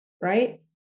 right